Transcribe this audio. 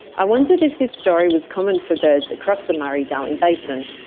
i wondered if this story was common for birds across the murray darling basin.